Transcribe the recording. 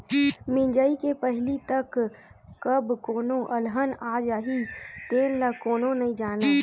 मिजई के पहिली तक कब कोनो अलहन आ जाही तेन ल कोनो नइ जानय